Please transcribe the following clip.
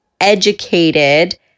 educated